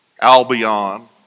Albion